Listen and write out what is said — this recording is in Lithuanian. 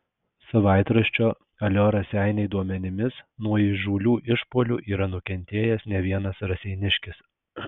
savaitraščio alio raseiniai duomenimis nuo įžūlių išpuolių yra nukentėjęs ne vienas raseiniškis